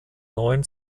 neuen